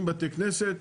עם בתי כנסת,